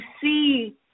see